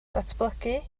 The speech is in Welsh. datblygu